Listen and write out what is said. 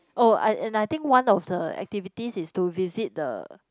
oh I and I think one of the activities is to visit the